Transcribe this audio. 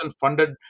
funded